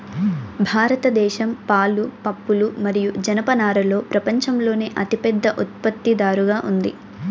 భారతదేశం పాలు, పప్పులు మరియు జనపనారలో ప్రపంచంలోనే అతిపెద్ద ఉత్పత్తిదారుగా ఉంది